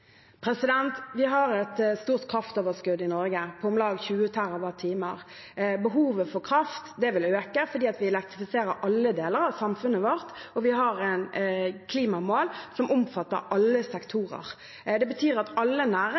Vi har et stort kraftoverskudd i Norge, på om lag 20 TWh. Behovet for kraft vil øke fordi vi elektrifiserer alle deler av samfunnet vårt, og vi har klimamål som omfatter alle sektorer. Det betyr at alle